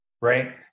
right